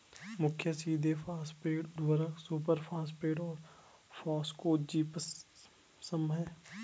मुख्य सीधे फॉस्फेट उर्वरक सुपरफॉस्फेट और फॉस्फोजिप्सम हैं